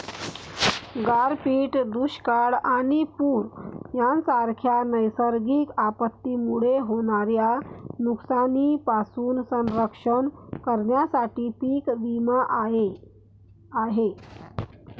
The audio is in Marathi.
गारपीट, दुष्काळ आणि पूर यांसारख्या नैसर्गिक आपत्तींमुळे होणाऱ्या नुकसानीपासून संरक्षण करण्यासाठी पीक विमा आहे